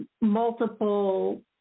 multiple